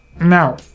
Now